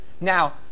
Now